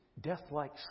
death-like